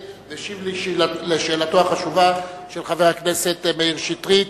והשיב על שאלתו החשובה של חבר הכנסת מאיר שטרית.